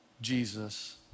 Jesus